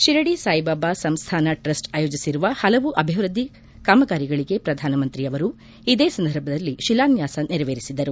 Shirdi Saibaba Sansthan trust ಆಯೋಜಿಸಿರುವ ಹಲವು ಅಭಿವೃದ್ದಿ ಕಾಮಗಾರಿಗಳಿಗೆ ಪ್ರಧಾನಮಂತ್ರಿ ಅವರು ಇದೇ ಸಂದರ್ಭದಲ್ಲಿ ಶಿಲಾನ್ಲಾಸ ನೆರವೇರಿಸಿದರು